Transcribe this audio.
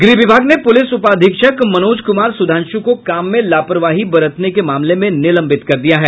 गृह विभाग ने प्रलिस उपाधीक्षक मनोज कुमार सुधांशु को काम में लापरवाही बरतने के मामले में निलंबित कर दिया है